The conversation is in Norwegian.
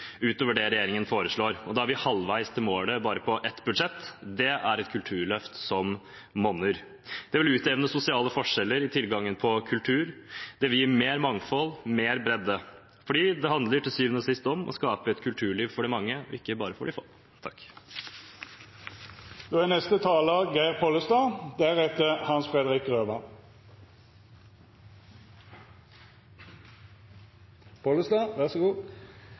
utover det regjeringen foreslår. Da er vi halvveis til målet på bare ett budsjett. Det er et kulturløft som monner. Det vil utjevne sosiale forskjeller i tilgangen på kultur, det vil gi mer mangfold, mer bredde. For det handler til syvende og sist om å skape et kulturliv for de mange og ikke bare for de få.